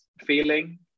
feeling